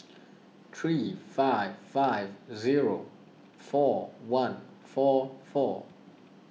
three five five zero four one four four